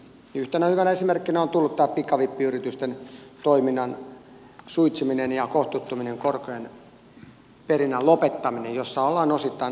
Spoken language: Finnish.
yhtenä hyvänä esimerkkinä on tullut pikavippiyritysten toiminnan suitsiminen ja kohtuuttomien korkojen perinnän lopettaminen jossa ollaan osittain onnistuttukin